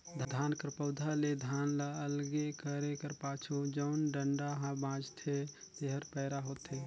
धान कर पउधा ले धान ल अलगे करे कर पाछू जउन डंठा हा बांचथे तेहर पैरा होथे